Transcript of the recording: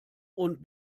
und